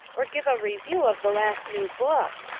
or give a review of the last new book.